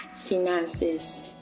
finances